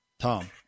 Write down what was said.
Tom